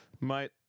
Mate